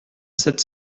sept